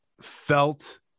felt